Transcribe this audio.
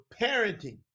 parenting